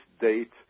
date